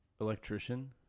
Electrician